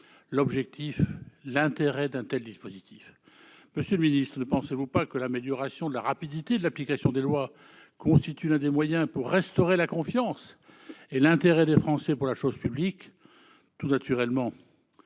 tous l'intérêt d'un tel dispositif. Monsieur le ministre, ne pensez-vous pas que l'amélioration de la rapidité de l'application des lois constitue l'un des moyens pour restaurer la confiance et l'intérêt des Français pour la chose publique ? En ce